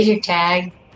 tag